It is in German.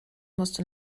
musste